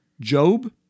Job